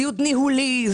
סיוט ניהולי.